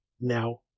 now